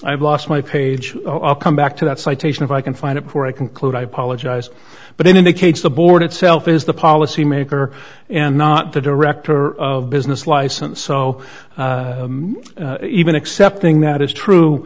i've lost my page come back to that citation if i can find it before i conclude i apologize but it indicates the board itself is the policy maker and not the director of business license so even accepting that is true